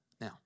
Now